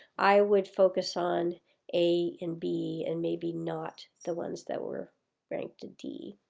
i would focus on a and b and maybe not the ones that were ranked d.